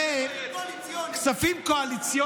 לרגע חשבתי שאתם בעד.